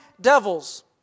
devils